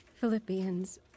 Philippians